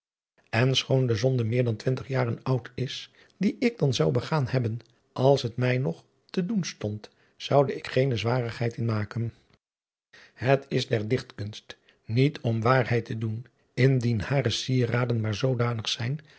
en schoon de zonde meer dan twintig jaren oud is die ik dan zou begaan hebben als het mij nog te doen stond zou ik er gene zwarigheid in maken het is der dichtk unst niet om waarheid te deon indien hare sieraden maar zoodanig zijn